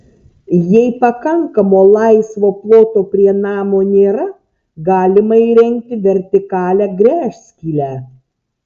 jei pakankamo laisvo ploto prie namo nėra galima įrengti vertikalią gręžskylę